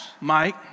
Mike